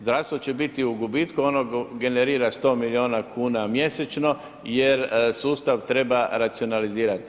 Zdravstvo će biti u gubitku, ono generira 100 milijuna kuna mjesečno jer sustav treba racionalizirat.